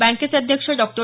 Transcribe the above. बँकेचे अध्यक्ष डॉक्टर